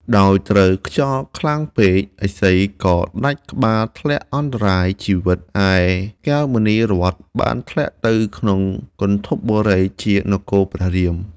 ដោយត្រូវខ្យល់ខ្លាំងពេក ឥសីក៏ដាច់ក្បាលធ្លាក់អន្តរាយជីវិត ឯកែវមណីរត្ន បានធ្លាក់ទៅក្នុងគន្ធពបុរី ជានគរព្រះរៀម។